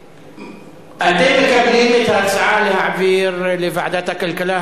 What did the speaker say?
אתם מקבלים את ההצעה להעביר לוועדת הכלכלה,